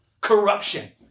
corruption